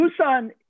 Busan